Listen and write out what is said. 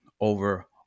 over